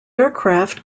aircraft